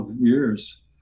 years